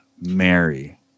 Mary